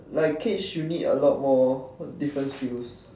like cage you need a lot more different skills